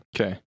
Okay